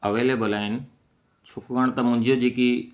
available आहिनि छो काण त मुंहिंजे जेकी